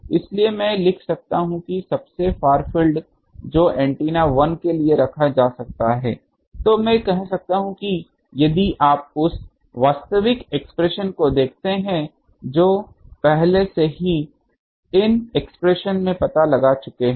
इसलिए मैं लिख सकता हूं कि सबसे फार फील्ड जो एंटीना 1 के लिए लिखा जा सकता है मैं कह सकता हूं कि यदि आप उस वास्तविक एक्सप्रेशन को देखते हैं जो पहले से ही इन एक्सप्रेशंस में पता लगा चुके है